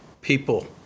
people